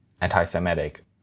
anti-semitic